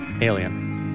Alien